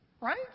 Right